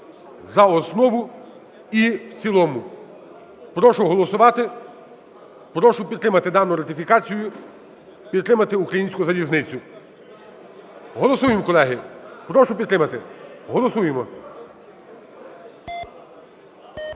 за основу і в цілому. Прошу голосувати. Прошу підтримати дану ратифікацію, підтримати українську залізницю. Голосуємо, колеги. Прошу підтримати. Голосуємо.